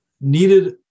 needed